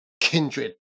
kindred